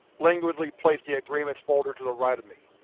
languidly placed the agreements folder to the right of me,